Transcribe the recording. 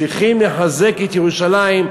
צריכים לחזק את ירושלים,